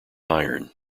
iron